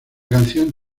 canción